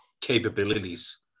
capabilities